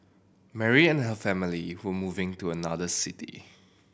Mary and her family were moving to another city